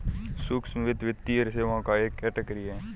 सूक्ष्म वित्त, वित्तीय सेवाओं का एक कैटेगरी है